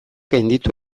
gainditu